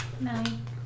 Nine